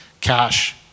cash